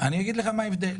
אני אגיד לך מה ההבדל,